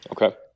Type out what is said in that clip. Okay